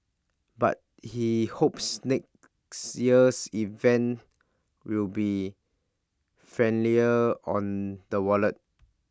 but he hopes next year's event will be friendlier on the wallet